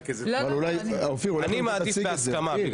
אני מעדיף את ההסכמה.